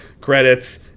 credits